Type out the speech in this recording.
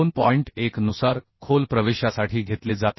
1 नुसार खोल प्रवेशासाठी घेतले जातील